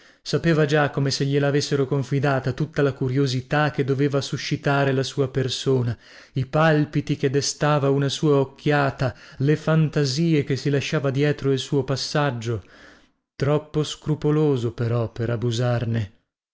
sapeva già come se gliela avessero confidata tutta la curiosità che doveva suscitare la sua persona i palpiti che destava una sua occhiata le fantasie che si lasciava dietro il suo passaggio troppo scrupoloso però per abusarne